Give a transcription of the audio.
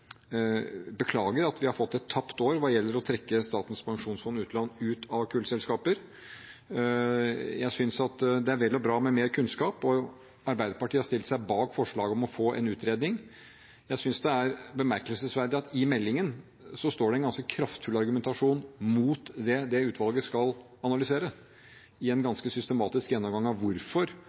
at det er vel og bra med mer kunnskap, og Arbeiderpartiet har stilt seg bak forslaget om å få en utredning, men jeg synes det er bemerkelsesverdig at det i meldingen står en ganske kraftfull argumentasjon mot det som dette utvalget skal analysere, i en ganske systematisk gjennomgang av hvorfor